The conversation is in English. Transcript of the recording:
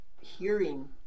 hearing